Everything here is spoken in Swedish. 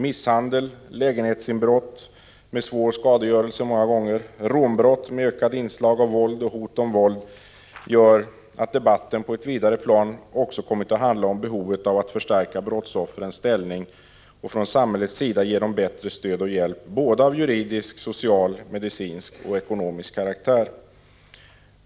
Misshandel, lägenhetsinbrott med många gånger svår skadegörelse samt rånbrott med ökade inslag av våld och hot om våld gör att debatten på ett vidare plan också kommit att handla om behovet av att förstärka brottsoffrens ställning och från samhällets sida ge dem stöd och hjälp, av såväl juridisk som social, medicinsk och ekonomisk karaktär.